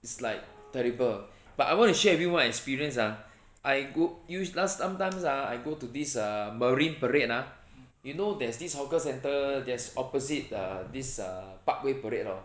it's like terrible but I want to share with you one experience ha I go~ u~ la~ sometimes ah I go to this err marine parade ah you know there's this hawker centre that's opposite err this err parkway parade hor